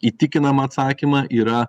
įtikinamą atsakymą yra